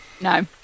No